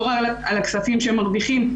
לא רק על הכספים שהם מרוויחים,